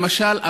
למשל,